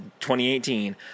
2018